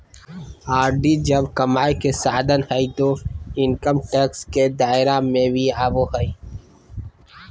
RD जब कमाई के साधन हइ तो इनकम टैक्स के दायरा में भी आवो हइ